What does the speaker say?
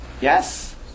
Yes